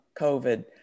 COVID